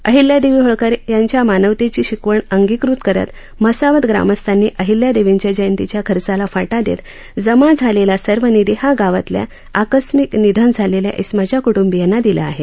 अहिल्यादेवी होळकर यांच्या मानवतेची शिकवण अंगीतकृत करत म्हसावद ग्रामस्थांनी अहिल्यादेवींच्या जयंतीच्या खर्चाला फाटा देत जमा झालेला सर्व निधी हा गावातल्या आकस्मीक निधन झालेल्या सिमाच्या कुटंबीयांना दिला आहे